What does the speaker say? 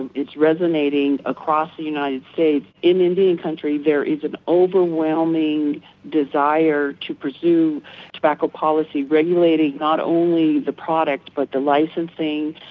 and it's resonating across the united states. in indian country there is an overwhelming desire to pursue tobacco policy, regulating not only the product but the licensing,